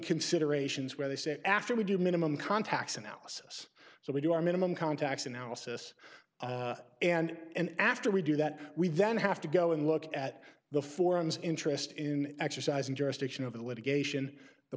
considerations where they say after we do a minimum contacts analysis so we do our minimum contacts analysis and after we do that we then have to go and look at the forums interest in exercising jurisdiction over the